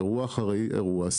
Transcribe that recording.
אירוע אחר אירוע,